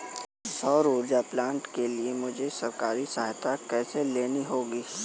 सौर ऊर्जा प्लांट के लिए मुझे सरकारी सहायता कैसे लेनी होगी?